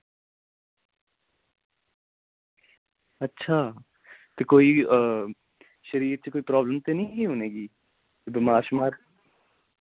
अच्छा ते कोई शरीर च कोई प्राब्लम ते निं ही उ'नेगी बमार श्मार